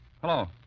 Hello